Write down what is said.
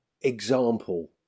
example